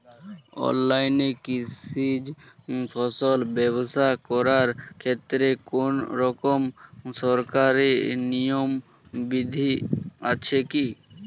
অনলাইনে কৃষিজ ফসল ব্যবসা করার ক্ষেত্রে কোনরকম সরকারি নিয়ম বিধি আছে কি?